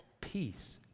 Peace